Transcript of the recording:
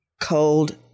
Cold